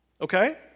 Okay